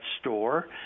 store